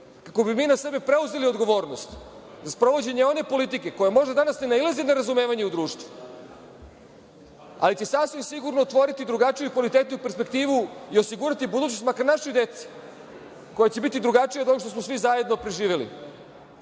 kako bi mi na sebe preuzeli odgovornost za sprovođenje one politike koja možda danas ne nailazi na razumevanje u društvu, ali će sasvim sigurno otvoriti drugačiju i kvalitetniju perspektivu i osigurati budućnost makar našoj deci, koja će biti drugačija od onog što smo svi zajedno preživeli. Zamislite